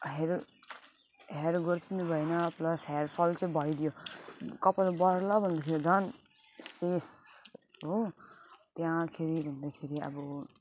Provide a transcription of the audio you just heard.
hair hair growth पनि भएन plus hair fall चाहिँ भइदियो कपाल बढ्ला भन्दाखेरि झन् शेष हो त्यहाँखेरि भन्दाखेरि अब